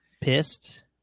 pissed